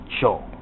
show